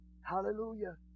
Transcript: Hallelujah